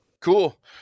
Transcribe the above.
Cool